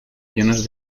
aviones